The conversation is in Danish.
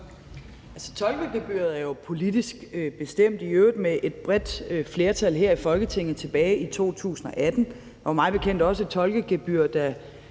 Altså, tolkegebyret er jo politisk bestemt, i øvrigt med et bredt flertal her i Folketinget, tilbage i 2018. Der var mig bekendt også et tolkegebyr, da